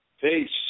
Peace